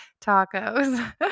tacos